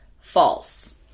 false